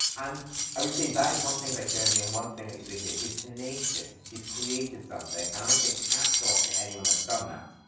and i would say that is one thing about jeremy and one thing that he's doing here, he's tenacious. he's created something and i think hats off to anyone that's done that.